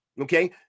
Okay